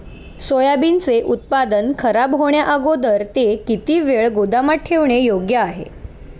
सोयाबीनचे उत्पादन खराब होण्याअगोदर ते किती वेळ गोदामात ठेवणे योग्य आहे?